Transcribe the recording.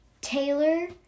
Taylor